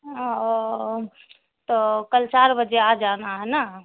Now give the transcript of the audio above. او تو کل چار بجے آ جانا ہے نا